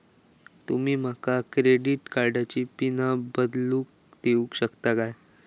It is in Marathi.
तुमी माका क्रेडिट कार्डची पिन बदलून देऊक शकता काय?